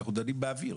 אנחנו דנים באוויר.